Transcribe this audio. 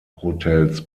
hotels